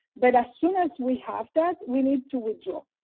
but as soon as we have that, we need to withdraw.